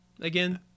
again